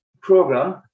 program